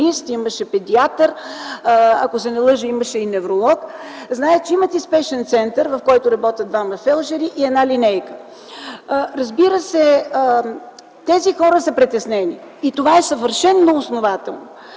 имаше педиатър, ако не се лъжа, имаше и невролог. Зная, че имат и спешен център, в който работят двама фелдшери и една линейка. Разбира се, тези хора са притеснени и това е съвършено основателно.